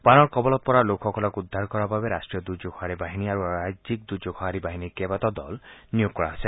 বানৰ কবলত পৰা লোকসকলক উদ্ধাৰ কৰাৰ বাবে ৰাষ্ট্ৰীয় দুৰ্যোগ সঁহাৰি বাহিনী আৰু ৰাজ্যিক দুৰ্যোগ সঁহাৰি বাহিনীৰ কেইবাটাও দল নিয়োগ কৰা হৈছে